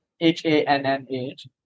H-A-N-N-H